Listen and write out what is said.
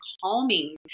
calming